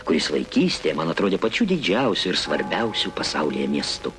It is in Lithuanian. kuris vaikystėj man atrodė pačių didžiausių ir svarbiausių pasaulyje miestų